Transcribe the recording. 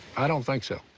i don't think so.